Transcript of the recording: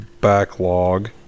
backlog